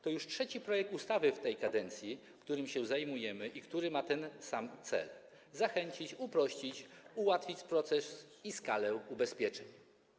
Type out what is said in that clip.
To już trzeci projekt ustawy w tej kadencji, którym się zajmujemy i który ma ten sam cel: zachęcić, uprościć, ułatwić proces i skalę ubezpieczeń.